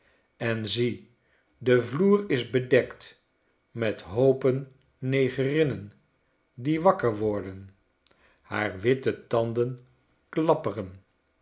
en zie de vloer is bedekt methoopen negerinnen die wakker worden haar witte tanden klapperen